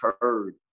Heard